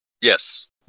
Yes